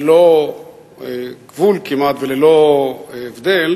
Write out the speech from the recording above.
ללא גבול כמעט וללא הבדל,